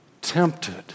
tempted